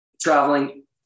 traveling